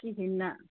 کِہیٖنۍ نہ